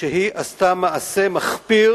שהיא עשתה מעשה מחפיר